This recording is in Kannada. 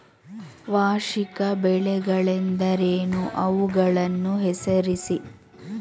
ವಾರ್ಷಿಕ ಬೆಳೆಗಳೆಂದರೇನು? ಅವುಗಳನ್ನು ಹೆಸರಿಸಿ?